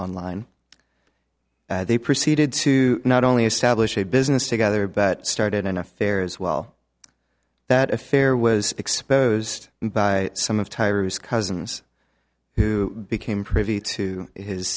online they proceeded to not only establish a business together but started an affair as well that affair was exposed by some of tyra's cousins who became privy to his